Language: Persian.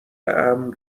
امن